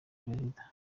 perezida